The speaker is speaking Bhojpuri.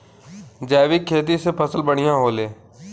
जैविक खेती से फसल बढ़िया होले